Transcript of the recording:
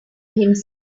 himself